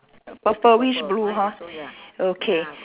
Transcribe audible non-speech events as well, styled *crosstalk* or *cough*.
purplish blue hor *breath* okay